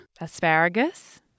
Asparagus